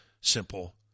simple